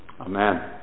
Amen